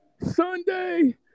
Sunday